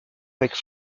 avec